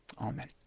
Amen